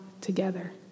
together